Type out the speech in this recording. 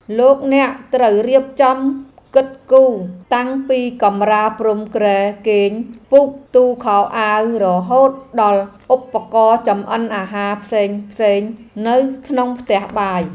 លោកអ្នកត្រូវរៀបចំគិតគូរតាំងពីកម្រាលព្រំគ្រែគេងពូកទូខោអាវរហូតដល់ឧបករណ៍ចម្អិនអាហារផ្សេងៗនៅក្នុងផ្ទះបាយ។